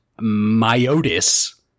Myotis